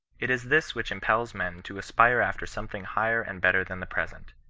it is this which impels man to aspire after something higher and better than the present.